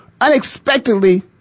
unexpectedly